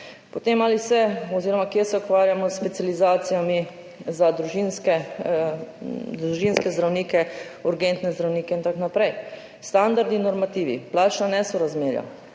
Potem ali se oziroma kje se ukvarjamo s specializacijami za družinske zdravnike, urgentne zdravnike in tako naprej? Standardi in normativi, plačna nesorazmerja,